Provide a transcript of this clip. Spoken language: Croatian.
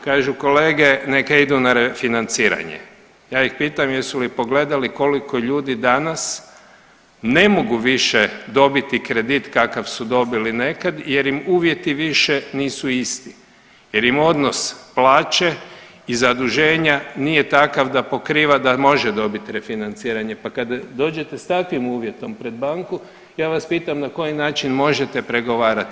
Kažu kolege neka idu na refinanciranje, ja ih pitam jesu li pogledali koliko ljudi danas ne mogu više dobiti kredit kakav su dobili nekad jer im uvjeti više nisu isti jer im odnos plaće i zaduženja nije takav da pokriva da može dobiti refinanciranje, pa kad dođete s takvim uvjetom pred banku ja vas pitam na koji način možete pregovarat.